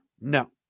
No